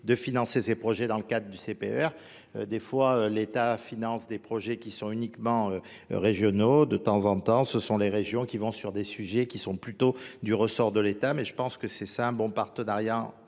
de financer ses projets dans le cadre du cpr des fois l'état finance des projets qui sont uniquement régionaux de temps en temps ce sont les régions qui vont sur des sujets qui sont plutôt du ressort de l'état mais je pense que c'est ça un bon partenariat